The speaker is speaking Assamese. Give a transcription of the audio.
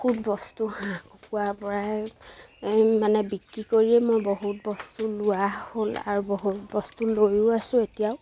বহুত বস্তু হাঁহ কুকুৰা পৰাই মানে বিক্ৰী কৰিয়ে মই বহুত বস্তু লোৱা হ'ল আৰু বহুত বস্তু লৈও আছোঁ এতিয়াও